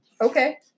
okay